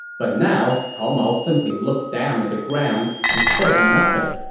but now, cao mao simply looked down at the ground and said nothing.